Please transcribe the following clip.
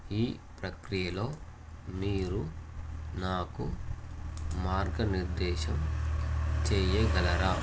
ఈ ప్రక్రియలో మీరు నాకు మార్గనిర్దేశం చెయ్యగలరా